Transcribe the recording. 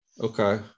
Okay